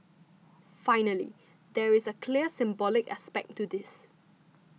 finally there is clearly a symbolic aspect to this